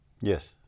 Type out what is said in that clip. Yes